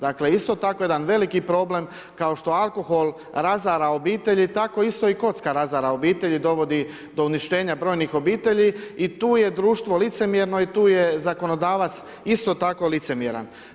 Dakle isto tako jedan veliki problem kao što alkohol razara obitelji tako isto i kocka razara obitelji, dovodi do uništenja brojnih obitelji i tu je društvo licemjerno i tu je zakonodavac isto tako licemjeran.